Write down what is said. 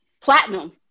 platinum